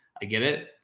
i get it.